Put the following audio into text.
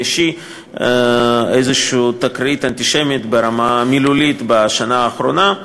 אישי תקרית אנטישמית ברמה המילולית בשנה האחרונה.